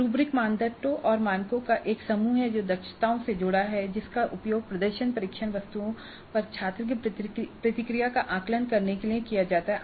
rubric मानदंड और मानकों का एक समूह है जो दक्षताओं से जुड़ा हुआ है जिसका उपयोग प्रदर्शन परीक्षण वस्तुओं पर छात्र की प्रतिक्रिया का आकलन करने के लिए किया जाता है